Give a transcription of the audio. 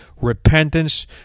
repentance